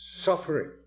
suffering